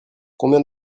combien